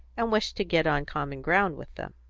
and wish to get on common ground with them.